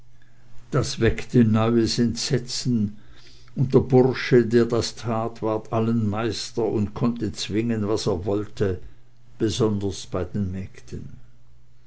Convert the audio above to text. das weckte neues entsetzen und der bursche der das tat ward allen meister und konnte zwingen was er wollte besonders bei den mägden